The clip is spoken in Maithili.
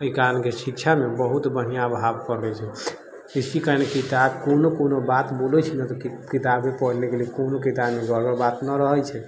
अय कारणसँ शिक्षा ने बहुत बढ़िआँ भाव पड़ै छै इसी कारण किताब कोनो कोनो बात बोलै छै ने तऽ किताबके पढ़नेके लिए कोनो किताब ओ बात नहि रहै छै